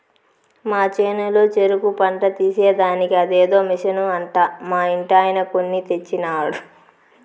మా చేనులో చెరుకు పంట తీసేదానికి అదేదో మిషన్ అంట మా ఇంటాయన కొన్ని తెచ్చినాడు